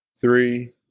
three